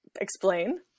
Explain